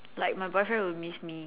like my boyfriend will miss me